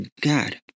God